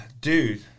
dude